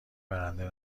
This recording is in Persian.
برنده